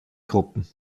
gruppen